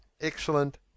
Excellent